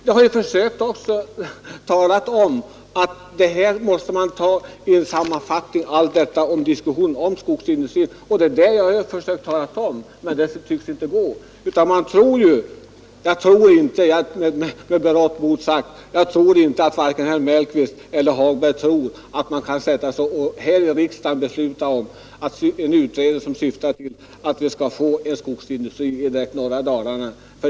Jag har försökt tala om att man måste göra en sammanfattning av allt detta i en diskussion om skogsindustrin. Men det tycks inte gå. Varken herr Mellqvist eller herr Hagberg kan tro att riksdagen kan besluta om en utredning, som syftar till att skapa en skogsindustri i norra Dalarna.